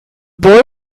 boy